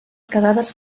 cadàvers